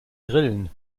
grillen